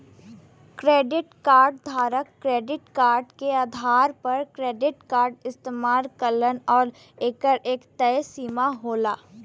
credit card धारक credit के आधार पर क्रेडिट कार्ड इस्तेमाल करलन आउर एकर एक तय सीमा होला